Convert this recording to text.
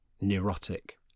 neurotic